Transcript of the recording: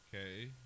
okay